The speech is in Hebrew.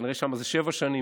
כנראה שם זה יהיה שבע שנים.